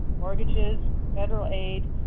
mortgages, federal aid,